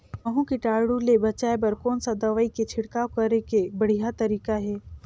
महू कीटाणु ले बचाय बर कोन सा दवाई के छिड़काव करे के बढ़िया तरीका हे?